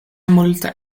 multe